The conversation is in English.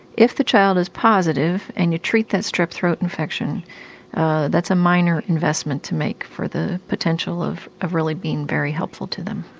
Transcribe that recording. if the child is positive and you treat that strep throat infection that's a minor investment to make for the potential of of really being very helpful to them.